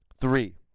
Three